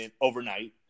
overnight